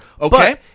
Okay